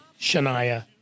Shania